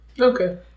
Okay